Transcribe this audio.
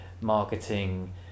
marketing